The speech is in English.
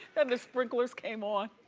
then the sprinklers came on.